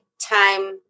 time